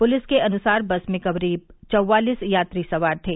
police के अनुसार bus में करीब चवालीस यात्री सवार थे